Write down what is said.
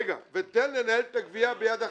ותן לנהל את הגבייה ביד אחת.